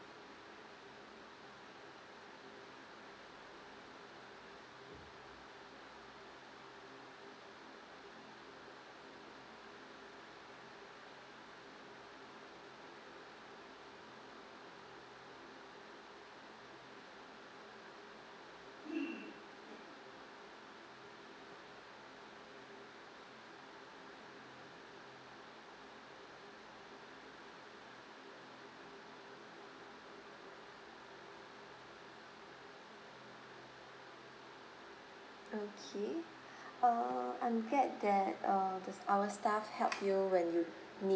okay err I'm glad that err the our staff helped you when you need